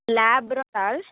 लाब्राल्ड्